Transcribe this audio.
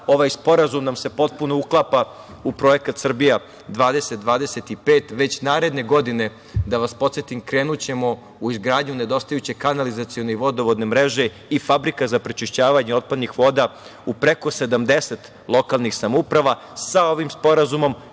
Ovaj sporazum nam se potpuno uklapa u projekat „Srbija 2025“. Već naredne godine, da vas podsetim, krenućemo u izgradnju nedostajuće kanalizacione i vodovodne mreže i fabrika za prečišćavanje otpadnih voda u preko 70 lokalnih samouprava. Sa ovim sporazumom